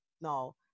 no